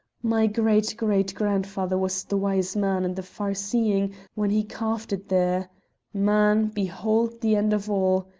my great-great-grandfather was the wise man and the far-seeing when he carved it there man, behauld the end of all,